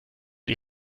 die